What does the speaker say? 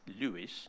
Lewis